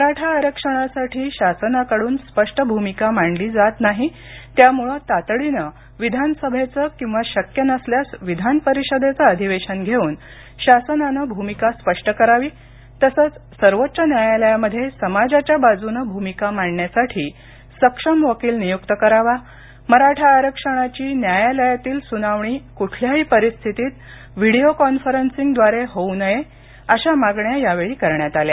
मराठा आरक्षणासाठी शासनाकडून स्पष्ट भूमिका मांडली जात नाही त्यामुळे तातडीनं विधानसभेचं किंवा शक्य नसल्यास विधान परिषदेचं अधिवेशन घेऊन शासनानं भूमिका स्पष्ट करावी तसंच सर्वोच्च न्यायालयामध्ये समाजाच्या बाजूनं भूमिका मांडण्यासाठी सक्षम वकील नियुक्त करावा मराठा आरक्षणाची न्यायालयातील सुनावणी कुठल्याही परिस्थितीत व्हिडिओ कॉन्फरसिंगद्वारे होऊ नये अशा मागण्या यावेळी करण्यात आल्या